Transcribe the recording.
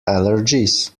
allergies